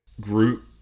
group